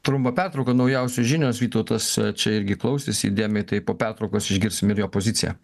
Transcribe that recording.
trumpą pertrauką naujausios žinios vytautas čia irgi klausės įdėmiai tai po pertraukos išgirsim ir jo poziciją